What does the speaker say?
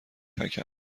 تکم